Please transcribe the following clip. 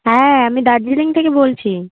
হ্যাঁ আমি দার্জিলিং থেকে বলছি